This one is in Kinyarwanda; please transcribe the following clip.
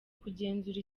kugenzura